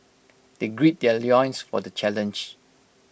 they grey their loins for the challenge